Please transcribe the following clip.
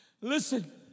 Listen